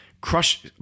crush